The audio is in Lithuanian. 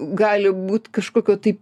gali būt kažkokio tai